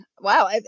wow